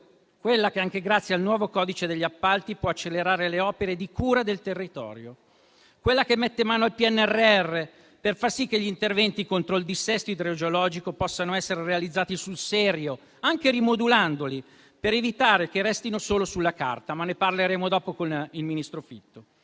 quella che, anche grazie al nuovo codice degli appalti, può accelerare le opere di cura del territorio; quella che mette mano al PNRR, per far sì che gli interventi contro il dissesto idrogeologico possano essere realizzati sul serio, anche rimodulandoli, per evitare che restino solo sulla carta. Ma ne parleremo dopo, con il ministro Fitto.